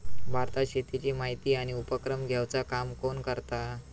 भारतात शेतीची माहिती आणि उपक्रम घेवचा काम कोण करता?